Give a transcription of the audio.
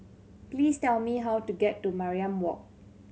please tell me how to get to Mariam Walk